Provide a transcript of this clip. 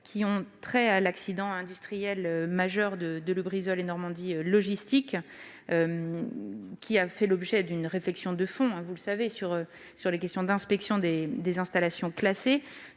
ont trait à l'accident industriel majeur de Lubrizol et Normandie Logistique. Celui-ci a fait l'objet d'une réflexion de fond, vous le savez, sur les questions d'inspection des installations classées.